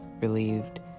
relieved